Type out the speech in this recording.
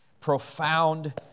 profound